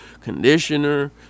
conditioner